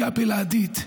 היא הבלעדית.